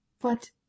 But